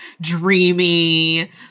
dreamy